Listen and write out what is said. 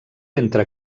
entre